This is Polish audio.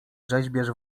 rzeźbiarz